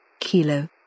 Kilo